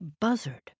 Buzzard